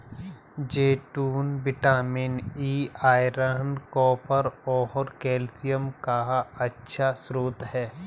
जैतून vitamin E, iron, copper और calcium का अच्छा स्रोत हैं